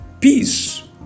peace